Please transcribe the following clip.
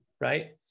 right